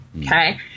Okay